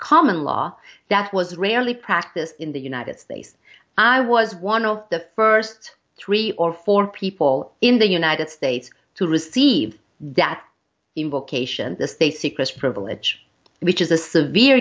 common law that was rarely practice in the united states i was one of the first three or four people in the united states to receive death invocations the state secrets privilege which is a severe